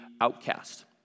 outcast